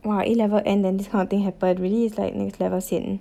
!wah! A level end then this kind of thing happen really it's like next level sian